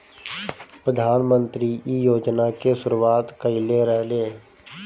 प्रधानमंत्री इ योजना के शुरुआत कईले रलें